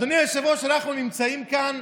אדוני היושב-ראש, אנחנו נמצאים כאן